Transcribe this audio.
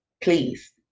please